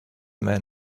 man